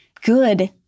good